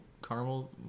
caramel